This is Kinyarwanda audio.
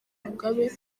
mugabe